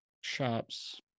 Shops